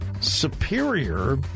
superior